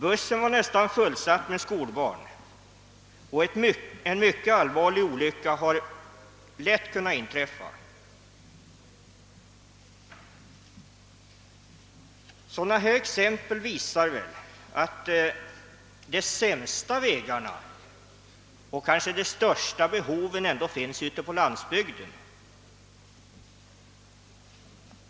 Busssen var nästan fullsatt med skolbarn, och en mycket allvarlig olycka hade lätt kunnat inträffa. Exempel som detta visar att de sämsta vägarna och det största behovet av upprustning finns på landsbygden.